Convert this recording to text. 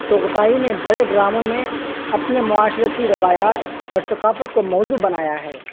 چغتائی نے بڑے ڈراموں میں اپنے معاشرتی روایات اور ثقافت کو موضوع بنایا ہے